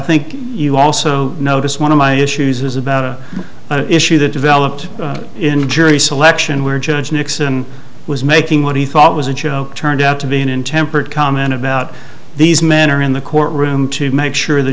think you also notice one of my issues is about an issue that developed in jury selection where judge nixon was making what he thought was a joke turned out to be an intemperate comment about these men are in the courtroom to make sure the